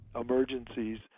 emergencies